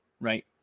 right